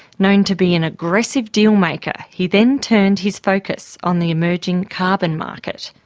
known to be an aggressive dealmaker, he then turned his focus on the emerging carbon market.